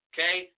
Okay